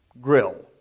grill